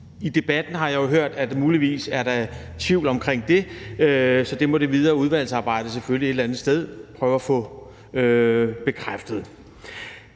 I debatten har jeg jo hørt, at der muligvis er tvivl om det, så det må det videre udvalgsarbejde selvfølgelig et eller andet sted prøve at få bekræftet.